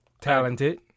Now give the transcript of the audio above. talented